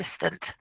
assistant